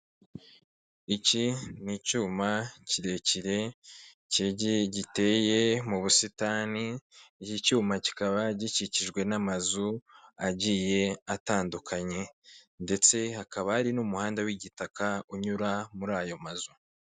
Iki ni icyuma kirekire, giteye mu busitani, iki cyuma kikaba gikikijwe n'amazu agiye atandukanye, ndetse hakaba hari n'umuhanda w'igitaka unyura muri ayo mazu.